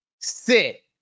sit